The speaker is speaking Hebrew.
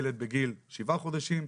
ילד בגיל שבעה חודשים,